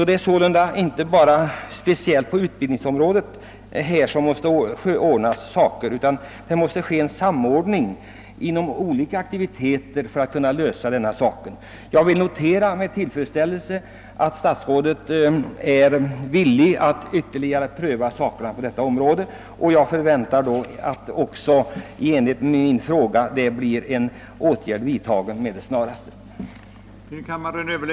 Det är därför inte bara utbildningsområdet som berörs; det måste bli en samordning mellan olika aktiviteter om problemen skall kunna lösas. Jag vill notera med tillfredsställelse att statsrådet är villig att ytterligare ompröva förhållandena härvidlag enligt tilläggssvaret till min fråga. Jag förväntar mig att man därvid också med det snaraste kommer att vidta åtgärder i linje med vad min fråga syftar till.